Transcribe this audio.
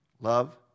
love